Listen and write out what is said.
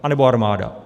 Anebo armáda.